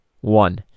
one